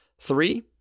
Three